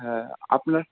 হ্যাঁ আপনার